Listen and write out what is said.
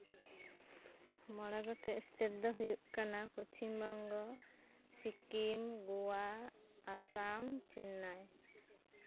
ᱢᱚᱬᱮ ᱜᱚᱴᱮᱱ ᱥᱴᱮᱴ ᱫᱚ ᱦᱳᱭᱳᱜ ᱠᱟᱱᱟ ᱯᱚᱥᱪᱷᱤᱢ ᱵᱚᱝᱜᱚ ᱥᱤᱠᱤᱢ ᱜᱳᱣᱟ ᱟᱥᱟᱢ ᱪᱮᱱᱱᱟᱭ